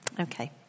Okay